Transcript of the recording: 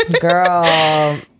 Girl